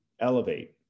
elevate